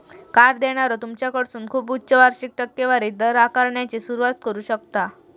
card देणारो तुमच्याकडसून खूप उच्च वार्षिक टक्केवारी दर आकारण्याची सुरुवात करू शकता